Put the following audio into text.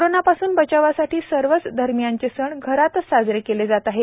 कोरोनापासून बचावासाठी सर्वच धर्मीयांचे सण घरातच साजरे केले जात आहेत